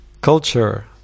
culture